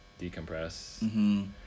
decompress